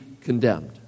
condemned